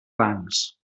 rangs